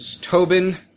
Tobin